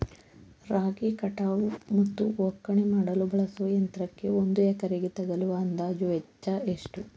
ರಾಗಿ ಕಟಾವು ಮತ್ತು ಒಕ್ಕಣೆ ಮಾಡಲು ಬಳಸುವ ಯಂತ್ರಕ್ಕೆ ಒಂದು ಎಕರೆಗೆ ತಗಲುವ ಅಂದಾಜು ವೆಚ್ಚ ಎಷ್ಟು?